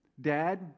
Dad